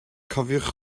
cofiwch